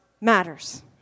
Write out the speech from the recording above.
matters